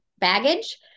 Baggage